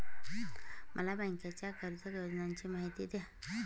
मला बँकेच्या कर्ज योजनांची माहिती द्या